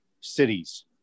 cities